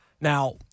Now